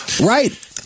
right